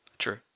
True